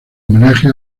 homenaje